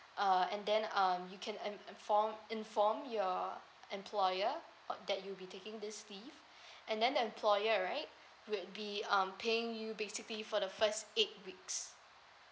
uh and then um you can and and form inform your employer about that you'll be taking this leave and then the employer right would be um paying you basically for the first eight weeks